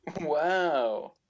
Wow